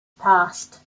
passed